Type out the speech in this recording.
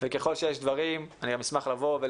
אני גם אשמח לבוא ולסייר ולראות ולפגוש.